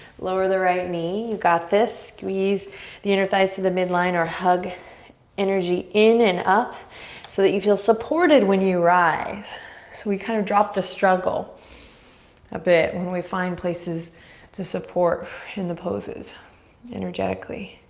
lower the right knee, you got this. squeeze the inner thighs to the midline or hug energy in and up so that you feel supported when you rise. so we kinda kind of drop the struggle a bit when we find places to support in the poses energetically.